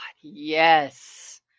Yes